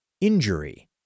injury